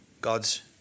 God's